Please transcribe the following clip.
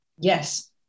Yes